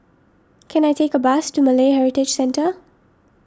can I take a bus to Malay Heritage Centre